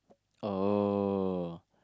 oh